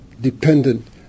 dependent